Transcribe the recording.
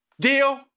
Deal